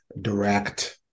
direct